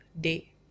day